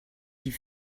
die